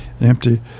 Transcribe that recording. empty